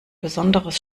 besonderes